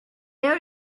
out